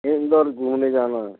इंदौर घूमने जाना है